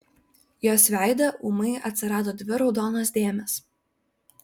jos veide ūmai atsirado dvi raudonos dėmės